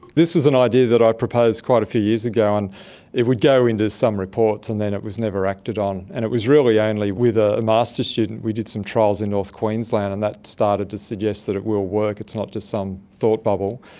this was an idea that i proposed quite a few years ago, and it would go into some reports and then it was never acted on. and it was really only with a masters student, we did some trials in north queensland and that started to suggest that it will work, it's not just some thought bubble.